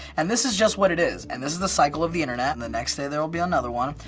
and this is just what it is. and this is the cycle of the internet. and the next day, there will be another one.